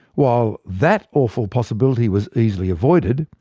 while that awful possibility was easily avoided,